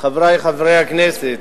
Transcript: חברי חברי הכנסת,